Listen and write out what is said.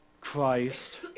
Christ